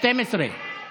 ההסתייגות (12) של חבר